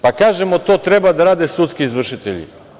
Pa kažemo da to treba da rade sudski izvršitelji.